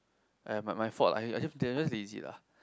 !aiya! but my fault are they're just lazy lah